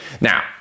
Now